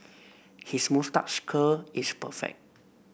his moustache curl is perfect